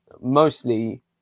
mostly